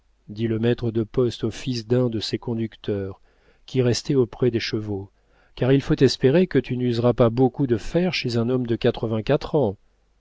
dit le maître de poste au fils d'un de ses conducteurs qui restait auprès des chevaux car il faut espérer que tu n'useras pas beaucoup de fers chez un homme de quatre-vingt-quatre ans